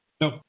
No